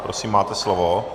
Prosím, máte slovo.